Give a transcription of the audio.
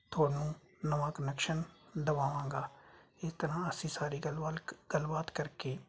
ਤੁਹਾਨੂੰ ਨਵਾਂ ਕਨੈਕਸ਼ਨ ਦਵਾਵਾਂਗਾ ਇਸ ਤਰ੍ਹਾਂ ਅਸੀਂ ਸਾਰੀ ਗੱਲਬਾਲ ਗੱਲਬਾਤ ਕਰਕੇ